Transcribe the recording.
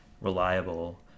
reliable